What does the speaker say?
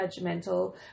judgmental